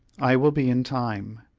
i will be in time.